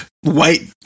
white